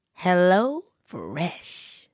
HelloFresh